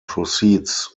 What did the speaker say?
proceeds